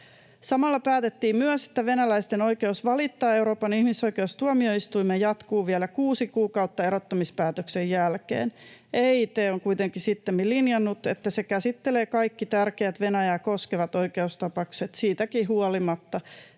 Samalla päätettiin myös, että venäläisten oikeus valittaa Euroopan ihmisoikeustuomioistuimeen jatkuu vielä kuusi kuukautta erottamispäätöksen jälkeen. EIT on kuitenkin sittemmin linjannut, että se käsittelee kaikki tärkeät Venäjää koskevat oikeustapaukset siitäkin huolimatta,